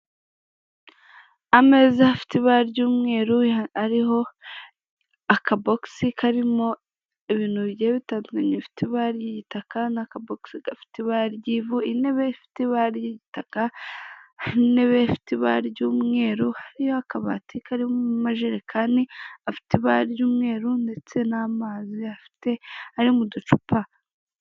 Ameza afite ibara ry'umweru ariho akabosi karimo ibintu bigiye bitandukanye bifite ibara ry'igitaka, akabosi gafite ibara ry'ivu, intebe ifite ibara ry'igitaka hari intebe ifite ibara ry'umweru iriho akabati karimo amajerekani afite ibara ry'umweru ndetse n'amazi afite ari muducupa